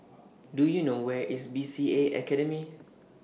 Do YOU know Where IS B C A Academy